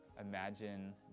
Imagine